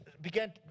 began